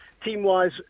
team-wise